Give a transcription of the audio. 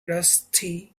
rusty